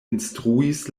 instruis